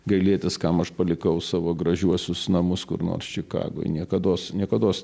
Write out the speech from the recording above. gailėtis kam aš palikau savo gražiuosius namus kur nors čikagoj niekados niekados